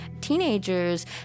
Teenagers